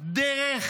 הן דרך